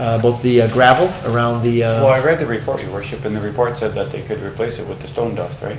with the gravel around the read the report your worship, and the report said that they could replace it with the stone dust, right?